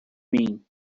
mim